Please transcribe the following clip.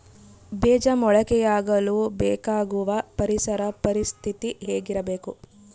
ಬೇಜ ಮೊಳಕೆಯಾಗಲು ಬೇಕಾಗುವ ಪರಿಸರ ಪರಿಸ್ಥಿತಿ ಹೇಗಿರಬೇಕು?